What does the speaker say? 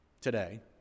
today